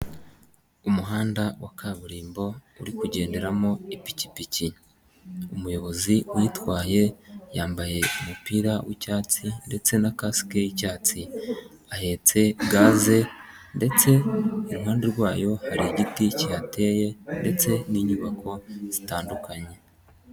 Umuhanda wa kaburimbo uri kugenderamo ipikipiki, umuyobozi uyitwaye yambaye umupira w'icyatsi ndetse na kasike y'icyatsi ahetse gaze ndetse iruhande rwayo hari igiti kihateye ndetse n'inyubako zitandukanye.